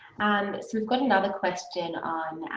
um so got another question on,